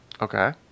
Okay